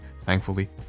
thankfully